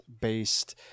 based